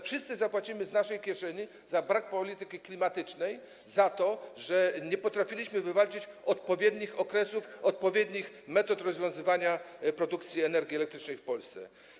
Wszyscy zapłacimy z naszej kieszeni za brak polityki klimatycznej, za to, że nie potrafiliśmy wywalczyć odpowiednich okresów, odpowiednich metod produkcji energii elektrycznej w Polsce.